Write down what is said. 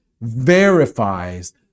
verifies